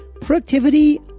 Productivity